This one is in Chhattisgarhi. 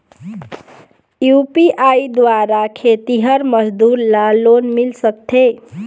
यू.पी.आई द्वारा खेतीहर मजदूर ला लोन मिल सकथे?